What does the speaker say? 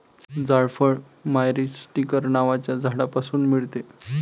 जायफळ मायरीस्टीकर नावाच्या झाडापासून मिळते